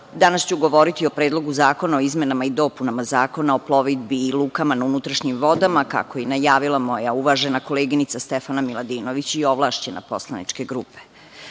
danas ću govoriti o Predlogu zakona o izmenama i dopunama Zakona o plovidbi i lukama na unutrašnjim vodama, kako je i najavila moja uvažena koleginica, Stefana Miladinović, i ovlašćena poslanica